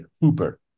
Hooper